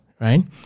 right